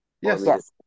Yes